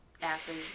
asses